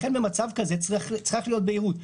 במצב כזה צריכה להיות בהירות,